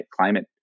climate